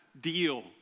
deal